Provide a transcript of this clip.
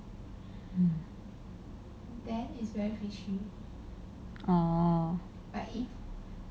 hmm oh